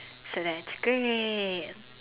so that's great